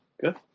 Good